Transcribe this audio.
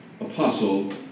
apostle